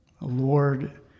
Lord